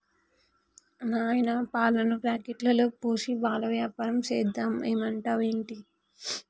నాయనా పాలను ప్యాకెట్లలో పోసి పాల వ్యాపారం సేద్దాం ఏమంటావ్ ఏంటి